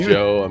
Joe